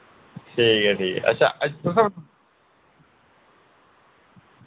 ठीक ऐ ठीक ऐ अच्छा अज्ज तुसैं